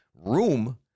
room